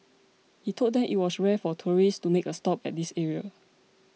he told them it was rare for tourists to make a stop at this area